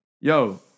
yo